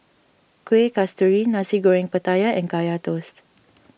Kueh Kasturi Nasi Goreng Pattaya and Kaya Toast